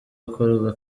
gukorwa